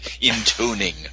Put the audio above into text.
intoning